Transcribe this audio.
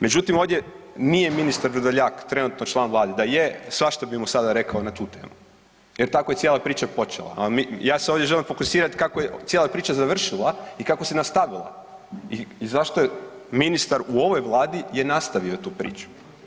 Međutim, ovdje nije ministar Vrdoljak, trenutno član Vlade, da je, svašta bi mu sada rekao na tu temu jer tako je cijela priča počela, a ja se ovdje želim fokusirati kako je cijela priča završila i kako se nastavila i zašto je ministar u ovoj Vladi je nastavio tu priču.